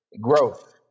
growth